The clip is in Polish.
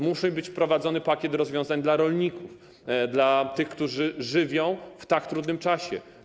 Musi być wprowadzony pakiet rozwiązań dla rolników, dla tych, którzy żywią w tak trudnym czasie.